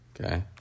Okay